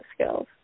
skills